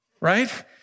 right